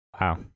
Wow